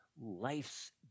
life's